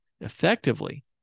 effectively